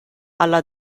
alla